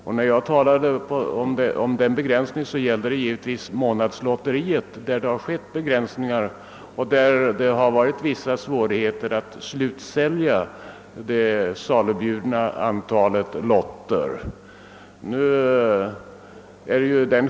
Min uppgift avsåg givetvis månadslotteriet, där det har skett en sådan begränsning därför att man haft vissa svårigheter att slutsälja hela det salubjudna antalet lotter.